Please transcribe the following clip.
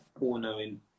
all-knowing